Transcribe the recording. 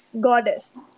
Goddess